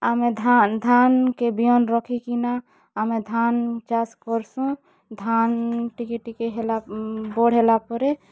ଆମେ ଧାନ୍ ଧାନ୍ କେ ବିହନ୍ ରଖିକିନା ଆମେ ଧାନ୍ ଚାଷ୍ କର୍ସୁଁ ଧାନ୍ ଟିକେ ଟିକେ ବଡ଼୍ ହେଲା ପରେ